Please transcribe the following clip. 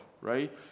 right